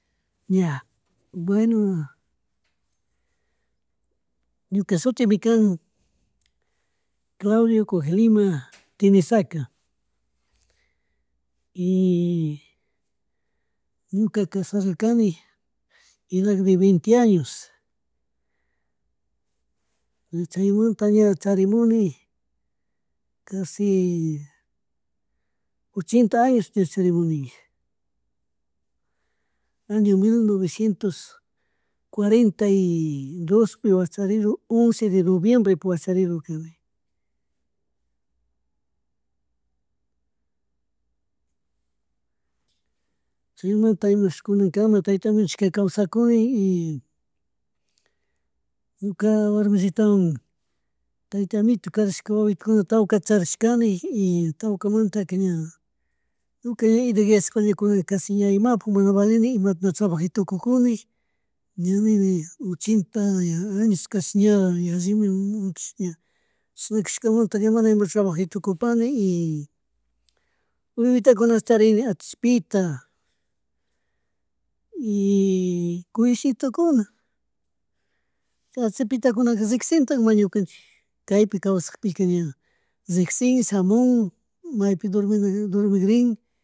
Ña bueno, ñuka shutimi kan Claudio Cujilema Tenesaca y ñukaka casararki edad de vente años, chaymunta ña charimuni casi ocheta añosta ña charimunika. Año mil novecientos cuarenta y dos pi wacharido once de noviembrepu, wacharidu kani. Chaymanta ima shuk kunama tayta amito nishkaka kawsakuni y ñuka warmishitawan, tayta amito karashkawawitukunata tawkata charishkan y tawkamantaka ña, tukuyla edaskuna kunanka casi imapuk mana valini ima trabajitukukuni ña nini ochenta años ña yallimi ña chishna kashkamanta ña mana ima trabajitukpani y wiwikunata charini atillpita, y cuyishitokuna. Atillpitakunaka llikshintakma ñunkanchik kaypi kawsakpika ña rikshin shamun, maypi durminaji durmigrin